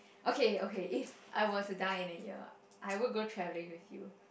okay okay if I were to die in a year I would go travelling with you